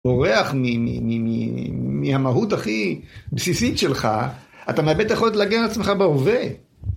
בורח מהמהות הכי בסיסית שלך אתה מאבד את היכולת להגן על עצמך בהווה.